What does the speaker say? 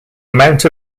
amount